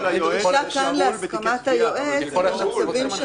מקבלים את